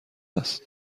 است